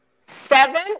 Seven